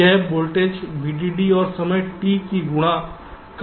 यह voltage VDD और समय t की गुणा का एक फंक्शन है